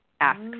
ask